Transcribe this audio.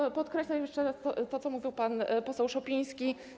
I podkreślę jeszcze raz to, co mówił pan poseł Szopiński.